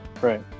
right